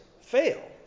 fail